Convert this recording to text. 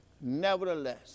nevertheless